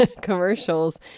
commercials